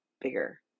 bigger